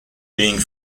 being